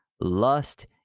lust